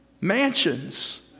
Mansions